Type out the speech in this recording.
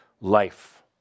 Life